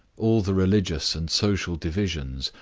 all the religious and social divisions,